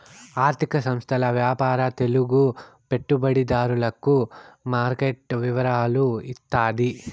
ఆర్థిక సంస్థల వ్యాపార తెలుగు పెట్టుబడిదారులకు మార్కెట్ వివరాలు ఇత్తాది